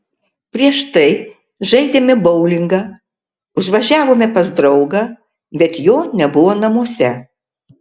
prieš tai žaidėme boulingą užvažiavome pas draugą bet jo nebuvo namuose